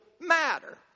matter